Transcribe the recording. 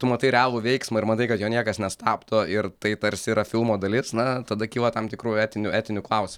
tu matai realų veiksmą ir matai kad jo niekas nestabdo ir tai tarsi yra filmo dalis na tada kyla tam tikrų etinių etinių klausimų